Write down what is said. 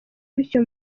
bityo